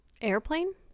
Airplane